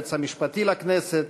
היועץ המשפטי לממשלה